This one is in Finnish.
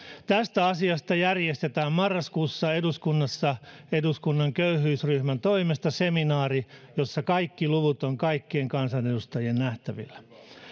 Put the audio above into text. tästä asiasta järjestetään marraskuussa eduskunnassa eduskunnan köyhyysryhmän toimesta seminaari jossa kaikki luvut ovat kaikkien kansanedustajien nähtävillä